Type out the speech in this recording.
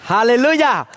Hallelujah